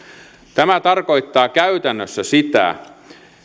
tämä tarkoittaa käytännössä sitä